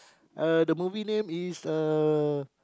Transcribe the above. uh the movie name is uh